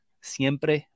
siempre